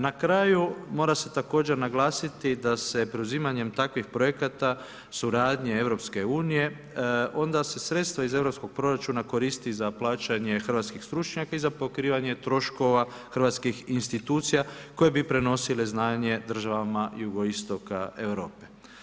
Na kraju mora se također naglasiti da se preuzimanjem takvih projekata suradnje Europske unije onda se sredstva iz europskog proračuna koristi za plaćanje hrvatskih stručnjaka i za pokrivanje troškova hrvatskih institucija koje bi prenosile znanje državama jugoistoka Europe.